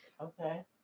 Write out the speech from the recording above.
Okay